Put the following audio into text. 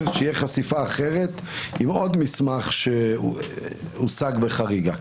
שתהיה חשיפה אחרת עם עוד מסמך שהושג בחריגה.